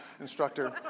instructor